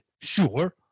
Sure